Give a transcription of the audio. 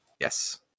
Yes